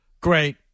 Great